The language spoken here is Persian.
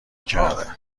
کرده